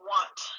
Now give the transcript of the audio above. want